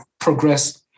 progress